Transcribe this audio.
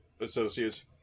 Associates